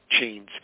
chains